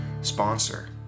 sponsor